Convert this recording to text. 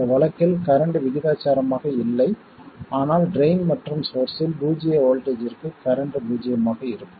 இந்த வழக்கில் கரண்ட் விகிதாசாரமாக இல்லை ஆனால் ட்ரைன் மற்றும் சோர்ஸ்ஸில் பூஜ்ஜிய வோல்ட்டேஜ்ஜிற்கு கரண்ட் பூஜ்ஜியமாக இருக்கும்